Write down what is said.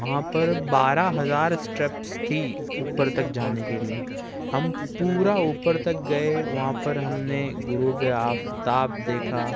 وہاں پر بارہ ہزار اسٹیپس تھی اوپر تک جانے کے لئے ہم پورا اوپر تک گئے وہاں پر ہم نے غروب آفتاب دیکھا